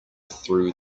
through